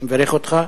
אני מברך אותך.